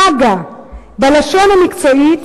מג"א בלשון המקצועית.